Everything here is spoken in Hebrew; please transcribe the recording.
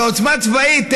בעוצמה צבאית,